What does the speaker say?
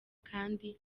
kandi